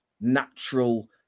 natural